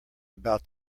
about